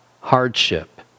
Hardship